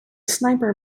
sniper